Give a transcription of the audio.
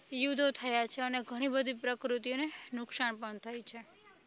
યુદ્ધો થયા છે અને ઘણી બધી પ્રકૃતિઓને નુકસાન પણ થાય છે